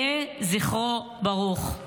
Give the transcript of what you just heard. יהיה זכרו ברוך.